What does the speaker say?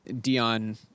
Dion